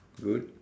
good